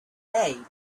made